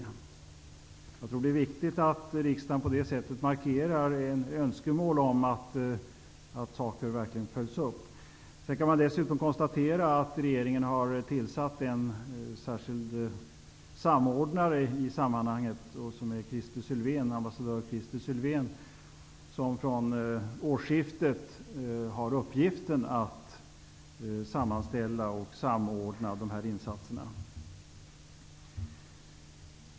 Jag tror att det är viktigt att riksdagen på det sättet markerar att det är önskvärt att saker verkligen följs upp. Dessutom kan man konstatera att regeringen har tillsatt en särskild samordnare i sammanhanget, nämligen ambassadör Christer Sylvén. Han har från årsskiftet uppgiften att sammanställa och samordna de här insatserna.